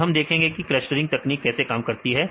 अब हम देखेंगे यह क्लस्टरिंग तकनीक कैसे काम करती है